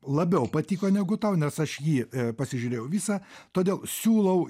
labiau patiko negu tau nes aš jį pasižiūrėjau visą todėl siūlau